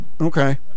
Okay